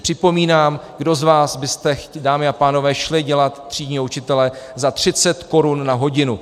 Připomínám kdo z vás byste, dámy a pánové, šli dělat třídního učitele za 30 korun na hodinu?